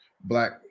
Black